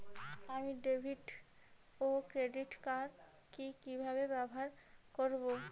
আমি ডেভিড ও credit card কি কিভাবে ব্যবহার করব?